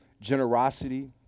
generosity